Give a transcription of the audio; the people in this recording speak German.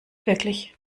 wirklich